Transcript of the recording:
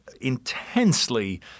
intensely